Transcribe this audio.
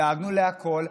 דאגנו להכול,